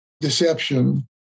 deception